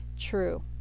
true